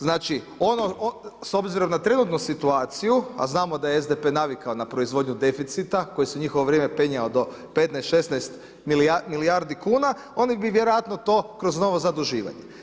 Znači s obzirom na trenutnu situaciju a znamo da je SDP navikao na proizvodnju deficita koji se u njihovo vrijeme penjao do 15, 16 milijardi kuna oni bi vjerojatno to kroz novo zaduživanje.